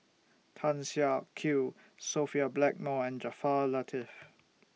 Tan Siak Kew Sophia Blackmore and Jaafar Latiff